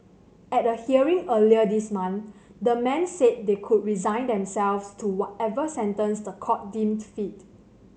at a hearing earlier this month the men said they could resign themselves to whatever sentence the court deemed fit